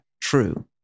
True